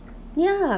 yeah